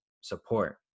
support